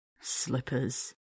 Slippers